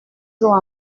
jours